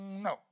No